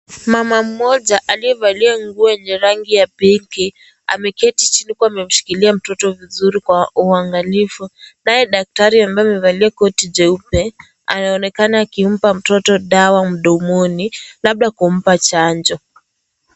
Mama mmoja aliyevalia nguo yenye rangi ya pinki ameketi chini akiwa amemshikilia mtoto vizuri kwa uangalifu naye daktari ambaye ameevalia koti jeupe anaonekana akimpa mtoto dawa mdomoni , labda kumpa chanjo .